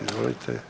Izvolite.